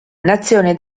nazione